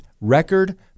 Record